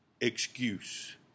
excuse